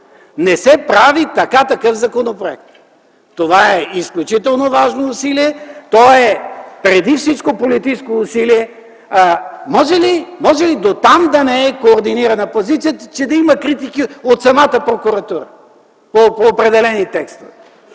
Не се прави така такъв законопроект! Това е изключително важно усилие, то е преди всичко политическо усилие! Може ли дотам да не е координирана позицията, че да има критики от самата прокуратура по определени текстове?